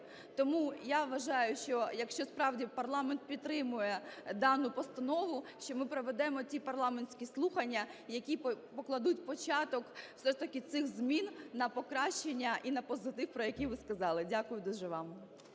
Тому я вважаю, що якщо справді парламент підтримує дану постанову, що ми проведемо ті парламентські слухання, які покладуть початок все ж таки цих змін на покращення і на позитив, про який ви сказали. Дякую дуже вам.